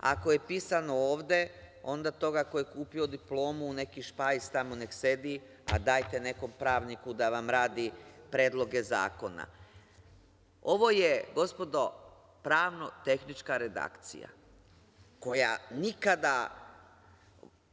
Ako je pisano ovde, onda toga koji je kupio diplomu u neki špajz tamo nek sedi, a dajte nekom pravniku da vam radi predloge zakona Ovo je gospodo pravno tehnička redakcija koja nikada